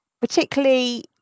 particularly